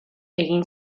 egin